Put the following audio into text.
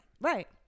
Right